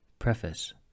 preface